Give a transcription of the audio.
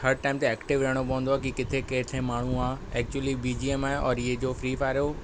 हर टाइम ते एक्टिव रहणो पवंदो आहे कि किथे माण्हू आहे actually B G M I इहो जो फ्री फायर जो